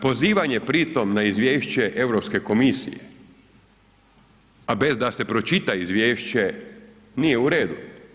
Pozivanje pritom na izvješće Europske komisije a bez da se pročita izvješće, nije u redu.